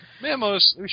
Memos